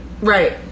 Right